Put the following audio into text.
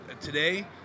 today